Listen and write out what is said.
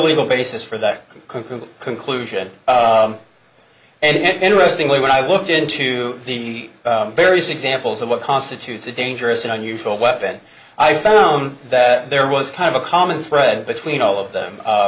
legal basis for that conclusion conclusion and interestingly when i looked into the various examples of what constitutes a dangerous and unusual weapon i found that there was kind of a common thread between all of them